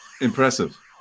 Impressive